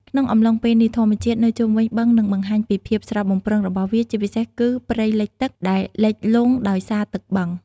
ក្នុងអំឡុងពេលនេះ ធម្មជាតិនៅជុំវិញបឹងនឹងបង្ហាញពីភាពស្រស់បំព្រងរបស់វា ជាពិសេសគឺ ព្រៃលិចទឹក ដែលលិចលង់ដោយសារទឹកបឹង។